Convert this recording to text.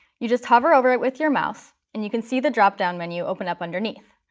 you just hover over it with your mouse and you can see the drop-down menu open up underneath.